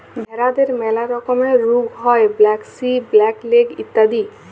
ভেরাদের ম্যালা রকমের রুগ হ্যয় ব্র্যাক্সি, ব্ল্যাক লেগ ইত্যাদি